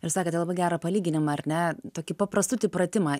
ir sakėte labai gerą palyginimą ar ne tokį paprastutį pratimą